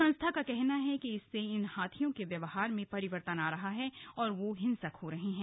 संस्था का कहना है कि इससे इन हाथियों के व्यवहार में परिवर्तन आ रहा है और वे हिंसक हो रहे हैं